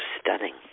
stunning